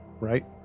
right